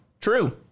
true